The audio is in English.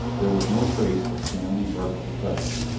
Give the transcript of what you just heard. there was no trace of stanley or the professor.